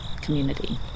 community